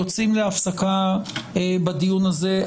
אנחנו יוצאים להפסקה בדיון הזה.